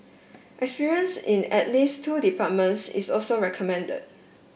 experience in at least two departments is also recommended